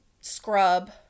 scrub